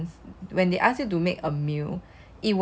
so you get like one dish lah kind of like one meal